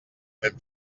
ben